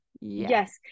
Yes